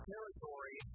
Territory